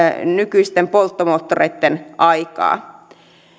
nykyisten polttomoottoreitten aikaa